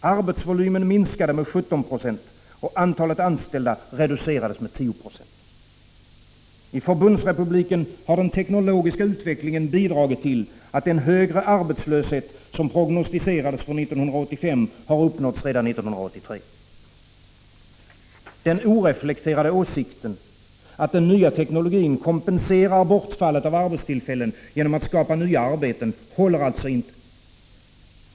Arbetsvolymen minskade med 17 26, och antalet anställda reducerades med 10 96. I förbundsrepubliken har den teknologiska utvecklingen bidragit till att den högre arbetslöshet som prognostiserades för 1985 har uppnåtts redan 1983. Den oreflekterade åsikten att den nya teknologin kompenserar bortfallet av arbetstillfällen genom att skapa nya arbeten håller alltså inte.